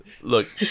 Look